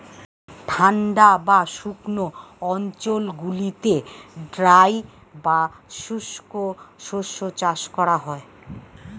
ঠান্ডা বা শুকনো অঞ্চলগুলিতে ড্রাই বা শুষ্ক শস্য চাষ করা হয়